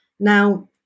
Now